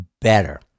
better